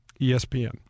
ESPN